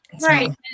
Right